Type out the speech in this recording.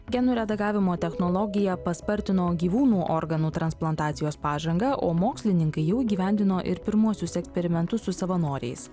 genų redagavimo technologija paspartino gyvūnų organų transplantacijos pažangą o mokslininkai jau įgyvendino ir pirmuosius eksperimentus su savanoriais